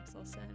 axelson